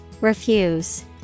refuse